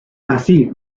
así